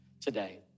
today